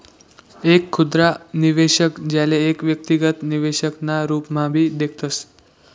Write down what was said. एक खुदरा निवेशक, ज्याले एक व्यक्तिगत निवेशक ना रूपम्हाभी देखतस